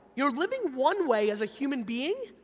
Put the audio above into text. you're living one way as a human being,